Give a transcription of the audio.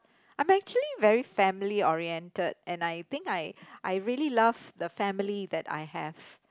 I'm actually very family oriented and I think I I really love the family that I have